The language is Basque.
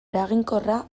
eraginkorra